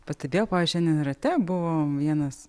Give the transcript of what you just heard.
pastebėjot pavyzdžiui šiandien rate buvo vienas